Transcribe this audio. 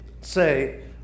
say